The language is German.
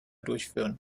durchführen